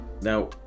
Now